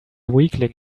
weakling